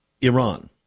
Iran